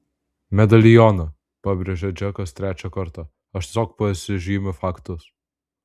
medalioną pabrėžė džekas trečią kartą aš tiesiog pasižymiu faktus